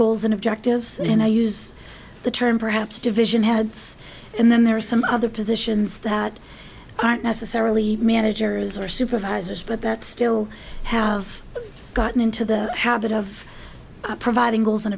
goals and objectives and i use the term perhaps division heads and then there are some other positions that aren't necessarily managers or supervisors but that still have gotten into the habit of providing goals and